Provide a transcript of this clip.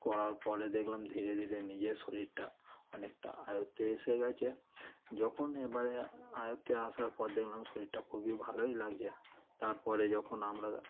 করার পরে দেখলাম ধীরে ধীরে নিজের শরীরটা অনেকটা আয়ত্তে এসে গিয়েছে যখন এবারে আয়ত্তে আসার পর দেখলাম শরীরটা খুবই ভালোই লাগছে তার পরে যখন আমরা